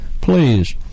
please